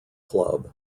club